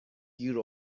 گیر